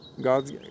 God's